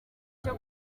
cyo